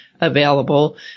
available